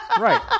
Right